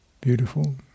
beautiful